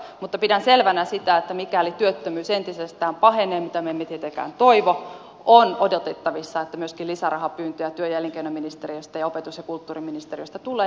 mutta pidän selvänä sitä että mikäli työttömyys entisestään pahenee mitä me emme tietenkään toivo on odotettavissa että myöskin lisärahapyyntöjä työ ja elinkeinoministeriöstä ja opetus ja kulttuuriministeriöstä tulee